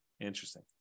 interesting